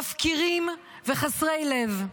מפקירים וחסרי לב.